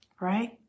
Right